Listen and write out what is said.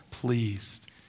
pleased